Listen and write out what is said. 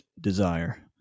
desire